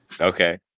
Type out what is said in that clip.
okay